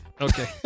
Okay